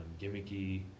gimmicky